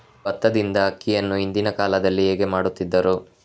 ಭತ್ತದಿಂದ ಅಕ್ಕಿಯನ್ನು ಹಿಂದಿನ ಕಾಲದಲ್ಲಿ ಹೇಗೆ ಮಾಡುತಿದ್ದರು?